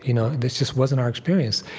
you know this just wasn't our experience.